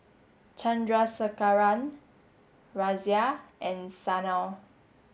Chandrasekaran Razia and Sanal